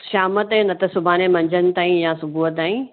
शाम ताईं न त सुभाणे मंझनि ताईं या सुबुहु ताईं